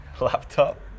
laptop